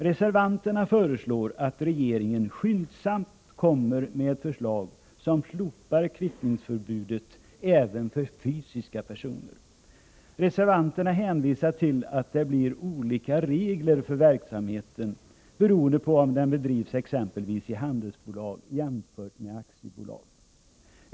Reservanterna föreslår att regeringen skyndsamt kommer med ett förslag som slopar kvittningsförbudet även för fysiska personer. Reservanterna hänvisar till att det blir olika regler för verksamheten beroende på om den bedrivs exempelvis i handelsbolag eller i aktiebolag.